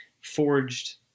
forged